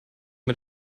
mit